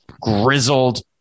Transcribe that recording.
grizzled